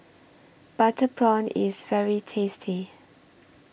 Butter Prawn IS very tasty